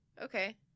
Okay